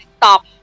stop